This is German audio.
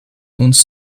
uns